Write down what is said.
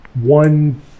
one